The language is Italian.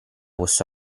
questo